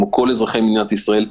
כמו כל אזרחי מדינת ישראל,